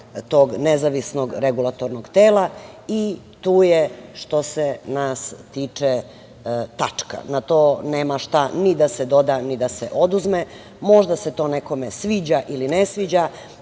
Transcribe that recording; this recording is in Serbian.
tog nezavisnog regulatornog tela i tu je, što se nas tiče, tačka. Na to nema šta ni da se doda, ni da se oduzme. Možda se to nekome sviđa ili ne sviđa,